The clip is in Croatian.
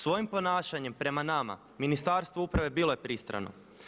Svojim ponašanjem prema nama Ministarstvo uprave bilo je pristrano.